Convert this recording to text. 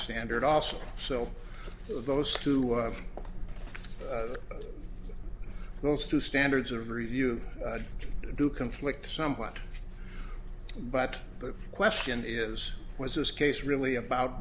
standard also so those two of those two standards of review do conflict somewhat but the question is was this case really about